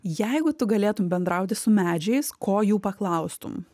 jeigu tu galėtum bendrauti su medžiais ko jų paklaustum